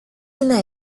una